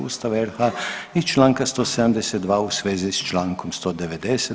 Ustava RH i članka 172. u svezi s člankom 190.